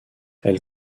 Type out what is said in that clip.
elle